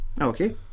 Okay